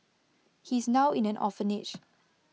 he's now in an orphanage